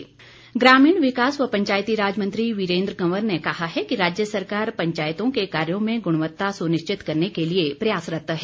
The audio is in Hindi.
वीरेन्द्व कंवर ग्रामीण विकास व पंचायती राज मंत्री वीरेन्द्र कंवर ने कहा है कि राज्य सरकार पंचायतों के कार्यों में गुणवत्ता सुनिश्चित करने के लिए प्रयासरत है